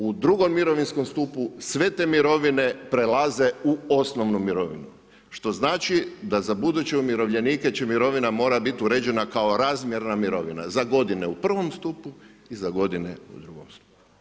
U drugom mirovinskom stupu sve te mirovine prelaze u osnovnu mirovinu što znači da za buduće umirovljenike će mirovina morati biti uređena kao razmjerna mirovina za godine u prvom stupu i za godine u drugom stupu.